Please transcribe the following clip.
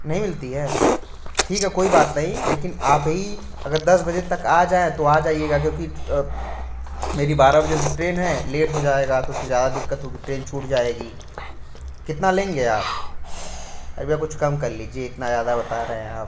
नहीं मिलती है ठीक है कोई बात नहीं लेकिन आप ही अगर दस बजे तक आ जाएं तो आ जाइएगा क्योंकि मेरी बारा बजे से ट्रेन है लेट हो जाएगा तो फिर ज़्यादा दिक्कत होगी ट्रेन छूट जाएगी कितना लेंगे आप अभी आप कुछ कम कर लीजिए इतना ज़्यादा बता रहे हैं आप